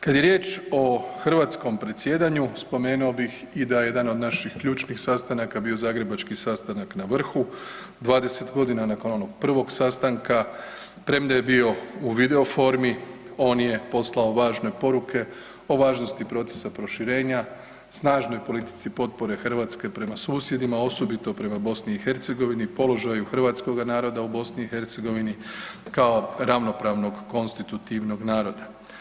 Kad je riječ o hrvatskom predsjedanju spomenuo bih i da je jedan od naših ključnih sastanaka bio zagrebački sastanak na vrhu, 20.g. nakon onog prvog sastanka, premda je bio u video formi on je poslao važne poruke o važnosti procesa proširenja, snažnoj politici potpore Hrvatske prema susjedima, osobito prema BiH, položaju hrvatskoga naroda u BiH kao ravnopravnog konstitutivnog naroda.